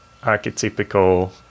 archetypical